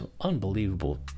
unbelievable